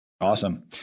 Awesome